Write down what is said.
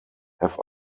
have